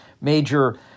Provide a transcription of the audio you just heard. major